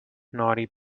naughty